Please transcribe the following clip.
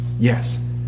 Yes